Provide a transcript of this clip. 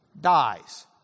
dies